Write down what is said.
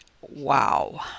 Wow